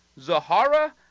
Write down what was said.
Zahara